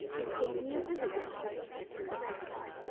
who paid me a visit yesterday answered the magpie.